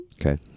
okay